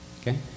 okay